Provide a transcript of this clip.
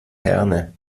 herne